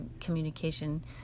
communication